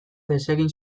desegin